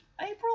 April